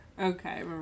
Okay